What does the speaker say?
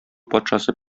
патшасы